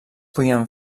podien